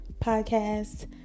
podcast